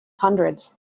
Hundreds